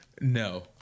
No